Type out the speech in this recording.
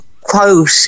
quote